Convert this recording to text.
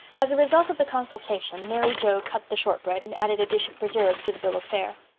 as a result of the consultation, mary joe cut the shortbread and added a dish of preserves to the bill of fare.